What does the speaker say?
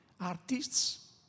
artists